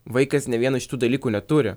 vaikas nė vieno iš šitų dalykų neturi